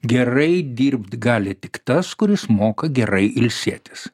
gerai dirbt gali tik tas kuris moka gerai ilsėtis